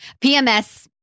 PMS